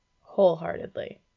wholeheartedly